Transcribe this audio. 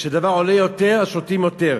כשדבר עולה יותר, שותים יותר.